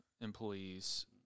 employees